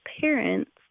parents